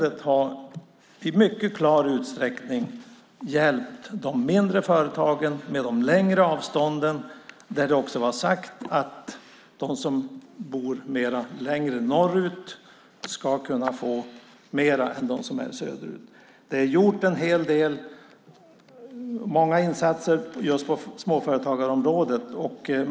Det har i mycket stor utsträckning hjälpt de mindre företagen med de längre avstånden. Det var också sagt att de som bor längre norrut ska kunna få mer än dem som finns söderut. Det har gjorts många insatser just på småföretagarområdet.